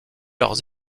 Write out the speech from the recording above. leurs